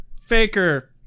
faker